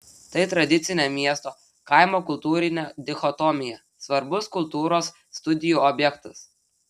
tai tradicinė miesto kaimo kultūrinė dichotomija svarbus kultūros studijų objektas